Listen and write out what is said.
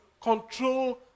control